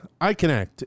iConnect